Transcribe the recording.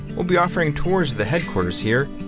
we'll be offering tours, the headquarters here.